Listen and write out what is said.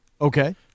Okay